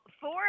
four